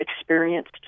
experienced